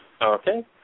Okay